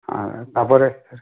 ହଁ ତା'ପରେ